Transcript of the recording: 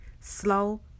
Slow